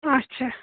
اچھا